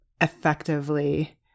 effectively